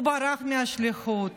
הוא ברח מהשליחות